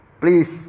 please